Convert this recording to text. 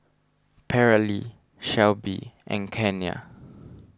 Paralee Shelby and Kiana